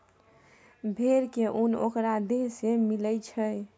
भेड़ के उन ओकरा देह से मिलई छई